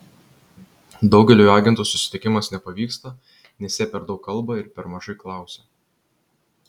daugeliui agentų susitikimas nepavyksta nes jie per daug kalba ir per mažai klausia